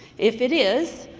if it is,